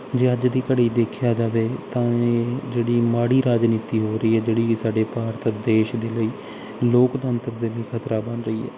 ਜੇ ਅੱਜ ਦੀ ਘੜੀ ਦੇਖਿਆ ਜਾਵੇ ਤਾਂ ਇਹ ਜਿਹੜੀ ਮਾੜੀ ਰਾਜਨੀਤੀ ਹੋ ਰਹੀ ਹੈ ਜਿਹੜੀ ਸਾਡੇ ਭਾਰਤ ਦੇਸ਼ ਦੇ ਲਈ ਲੋਕਤੰਤਰ ਦੇ ਵੀ ਖਤਰਾ ਬਣ ਰਹੀ ਹੈ